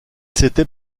s’était